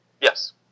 Yes